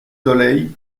soleil